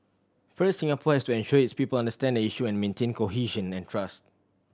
first Singapore has to ensure its people understand the issue and maintain cohesion and trust